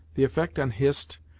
the effect on hist,